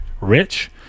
Rich